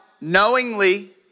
knowingly